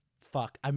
fuck